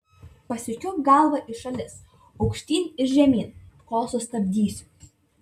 pasukiok galvą į šalis aukštyn ir žemyn kol sustabdysiu